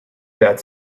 that